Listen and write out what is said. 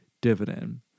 dividend